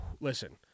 Listen